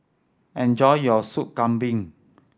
enjoy your Sop Kambing